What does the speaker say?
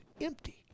empty